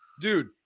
dude